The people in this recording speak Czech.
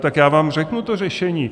Tak já vám řeknu to řešení.